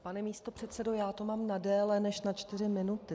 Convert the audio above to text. Pane místopředsedo, já to mám na déle než na čtyři minuty.